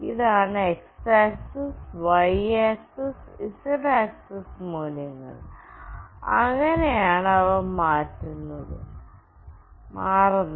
ഇതാണ് x axis y axis z axis മൂല്യങ്ങൾ ഇങ്ങനെയാണ് അവ മാറുന്നത്